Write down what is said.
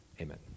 Amen